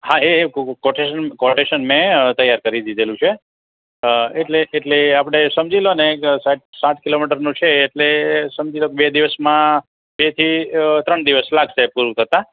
હા એ એ કોટેસન મેં તૈયાર કરી દીધેલું છે એટલે એટલે એ આપણે સમજી લો ને એક સાહેબ સાત કિલોમીટરનું છે એટલે સમજી લો કે બે દિવસમાં બે થી ત્રણ દિવસ લાગશે પૂરું કરતાં